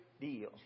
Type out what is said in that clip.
deal